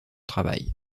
travail